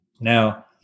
Now